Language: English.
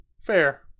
Fair